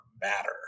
matter